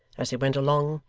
as they went along,